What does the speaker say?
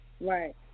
Right